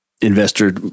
Investor